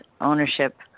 ownership